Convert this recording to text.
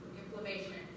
Inflammation